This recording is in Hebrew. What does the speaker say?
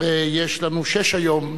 יש לנו שש היום,